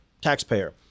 taxpayer